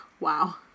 Wow